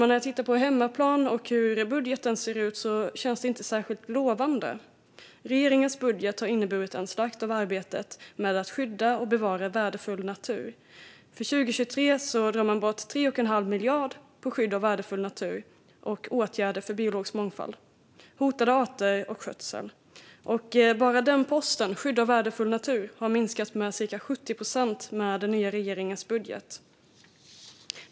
När jag tittar på hemmaplan och på hur budgeten ser ut, fru talman, känns det inte särskilt lovande. Regeringens budget har inneburit en slakt av arbetet med att skydda och bevara värdefull natur För 2023 drar man bort 3 1⁄2 miljard på skydd av värdefull natur och åtgärder för biologisk mångfald, hotade arter och skötsel. Bara posten för skydd av värdefull natur har minskat med cirka 70 procent med den nya regeringens budget.